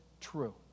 true